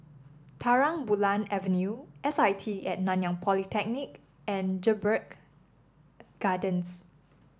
Terang Bulan Avenue S I T and Nanyang Polytechnic and Jedburgh Gardens